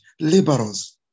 liberals